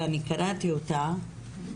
ואני קראתי אותה,